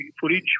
footage